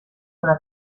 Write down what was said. una